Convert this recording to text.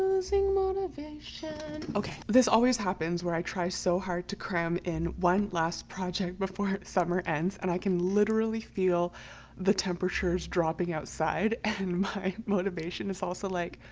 losing motivation okay, this always happens where i try so hard to cram in one last project before summer ends and i can literally feel the temperatures dropping outside and my motivation is also like